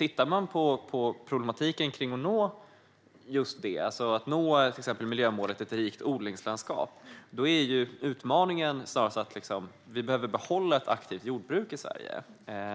Utmaningen för att nå till exempel miljömålet Ett rikt odlingslandskap är att behålla ett aktivt jordbruk i Sverige.